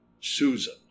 Susan